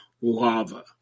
lava